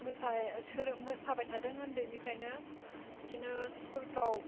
मोसाय सोलो मोसाबाय थादों ओन्दैनिफ्रायनो बिदिनो स्कुलफ्राव